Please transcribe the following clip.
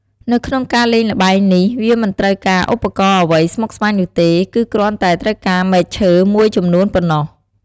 នៅក្នុងការលេងល្បែងនេះ វាមិនត្រូវការឧបករណ៍អ្វីស្មុគស្មាញនោះទេ គឺគ្រាន់តែត្រូវការ មែកឈើ មួយចំនួនប៉ុណ្ណោះ។